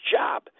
job